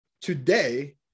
today